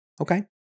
Okay